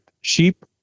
sheep